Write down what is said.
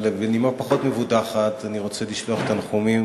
אבל בנימה פחות מבודחת אני רוצה לשלוח תנחומים,